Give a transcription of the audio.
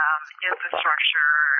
Infrastructure